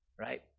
Right